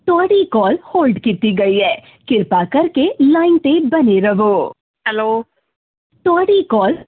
ਤੁਹਾਡੀ ਕੋਲ ਹੋਲਡ ਕੀਤੀ ਗਈ ਹੈ ਕਿਰਪਾ ਕਰਕੇ ਲਾਈਨ 'ਤੇ ਬਣੇ ਰਵੋ ਹੈਲੋ ਤੁਹਾਡੀ ਕੋਲ